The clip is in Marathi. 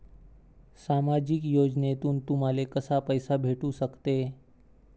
सामाजिक योजनेतून तुम्हाले कसा पैसा भेटू सकते?